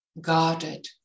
guarded